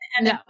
no